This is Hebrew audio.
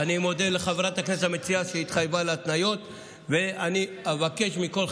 טובת הילד גם לשמור קשר עם